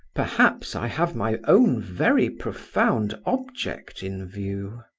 perhaps i have my own very profound object in view.